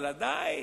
אבל עדיין,